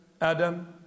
Adam